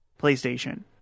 PlayStation